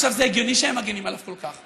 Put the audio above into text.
זה הגיוני שהם מגינים עליו כל כך.